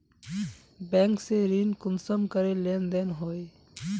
Bank से ऋण कुंसम करे लेन देन होए?